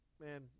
man